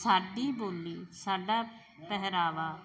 ਸਾਡੀ ਬੋਲੀ ਸਾਡਾ ਪਹਿਰਾਵਾ